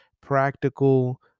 practical